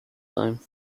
time